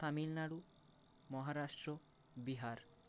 Tamil Nadu Maharashtra Bihar